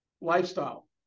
lifestyle